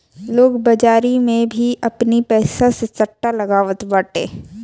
लोग बाजारी में भी आपनी पईसा से सट्टा लगावत बाटे